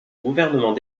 gouvernement